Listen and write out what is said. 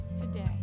today